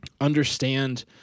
understand